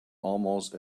almost